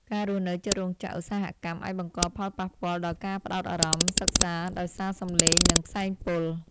ការរស់នៅជិតរោងចក្រឧស្សាហកម្មអាចបង្កផលប៉ះពាល់ដល់ការផ្តោតអារម្មណ៍សិក្សាដោយសារសំឡេងនិងផ្សែងពុល។